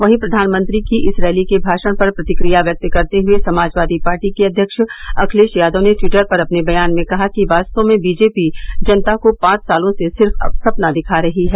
वहीं प्रधानमंत्री की इस रैली के भाषण पर प्रतिक्रिया व्यक्त करते हुए समाजवादी पार्टी के अध्यक्ष अखिलेश यादव ने टवीटर पर अपने बयान में कहा कि वास्तव में बीजेपी जनता को पांच सालों से सिर्फ सपना दिखा रही है